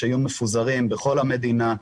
שיהיו מפוזרים בכל המדינה,